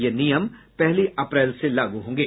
यह नियम पहली अप्रैल से लागू होंगे